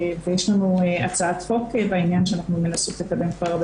ויש לנו הצעת חוק בעניין שאנחנו מנסות לקדם כבר הרבה